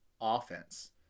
offense